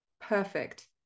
perfect